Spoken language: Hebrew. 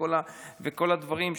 וכל הדברים.